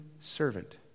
servant